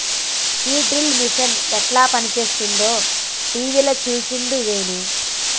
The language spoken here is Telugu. సీడ్ డ్రిల్ మిషన్ యెట్ల పనిచేస్తదో టీవీల చూసిండు వేణు